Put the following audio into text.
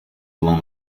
along